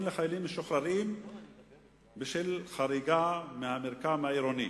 לחיילים משוחררים בשל חריגה מהמרקם העירוני,